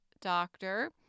doctor